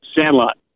Sandlot